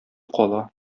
кала